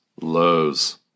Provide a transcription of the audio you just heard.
lows